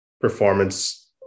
performance